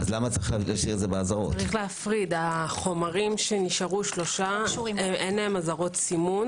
" (2)אחרי הכותרת "חלק ג" שזה עיצום כספי של